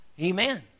Amen